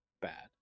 bad